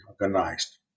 organized